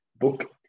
book